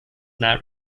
not